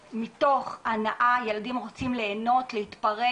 מפסיקים להם את המסיבה, נפסק להם התזרים.